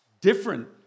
different